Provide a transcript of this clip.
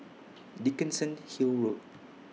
Dickenson Hill Road